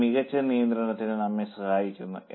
ഇത് മികച്ച നിയന്ത്രണത്തിന് നമ്മെ സഹായിക്കുന്നു